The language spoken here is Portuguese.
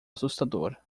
assustador